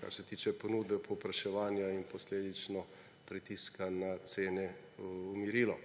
kar se tiče ponudbe, povpraševanja in posledično pritiska na cene, umirilo.